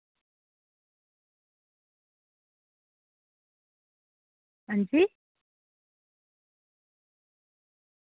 हां जी